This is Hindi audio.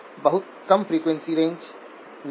बहुत कम फ्रीक्वेंसी रेंज में है